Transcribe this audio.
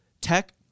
Tech